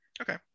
Okay